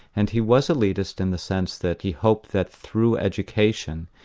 and he was elitist in the sense that he hoped that through education,